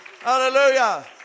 Hallelujah